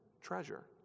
Treasure